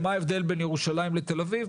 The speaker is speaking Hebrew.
מה ההבדל בין ירושלים לתל אביב?